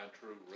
true